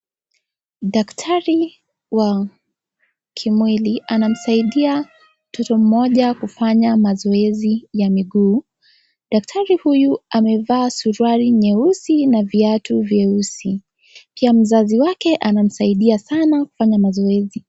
Daktari wa kimwili anamsaidia mtoto mmoja kufanya mazoezi ya miguu. Daktari huyu amevaa suruali nyeusi na viatu vyeusi. Pia mzazi wake anamsaidia sana kwenye mazoezi.